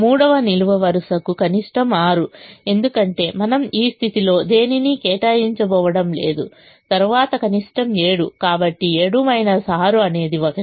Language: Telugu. మూడవ నిలువు వరుసకు కనిష్టం 6 ఎందుకంటే మనం ఈ స్థితిలో దేనినీ కేటాయించబోవడం లేదు తరువాతి కనిష్టం 7 కాబట్టి 7 6 అనేది 1